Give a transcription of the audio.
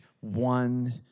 one